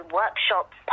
workshops